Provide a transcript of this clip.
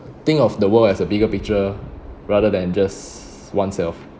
think of the world as a bigger picture rather than just oneself